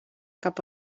cap